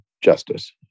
justice